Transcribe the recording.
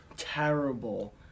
Terrible